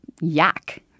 yak